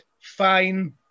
fine